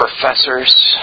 professors